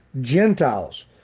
Gentiles